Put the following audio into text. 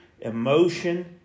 emotion